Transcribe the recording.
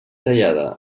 tallada